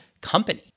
company